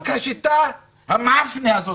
זו בדיוק השיטה המעפנה הזאת.